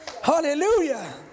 Hallelujah